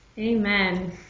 Amen